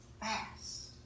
fast